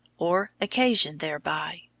or occasioned thereby.